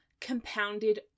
compounded